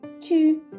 two